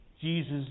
Jesus